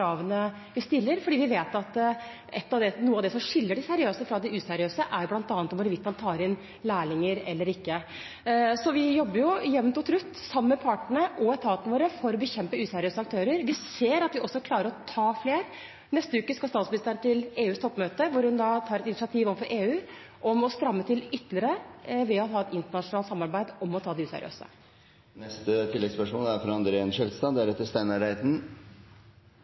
vi stiller. For vi vet at noe av det som skiller de seriøse fra de useriøse, bl.a. er hvorvidt man tar inn lærlinger eller ikke. Så vi jobber jevnt og trutt sammen med partene og etatene våre for å bekjempe useriøse aktører. Vi ser at vi også klarer å ta flere. Neste uke skal statsministeren delta på EUs toppmøte, hvor hun tar et initiativ overfor EU om å stramme til ytterligere ved å ha et internasjonalt samarbeid om å ta de useriøse. André N. Skjelstad – til neste oppfølgingsspørsmål. Det er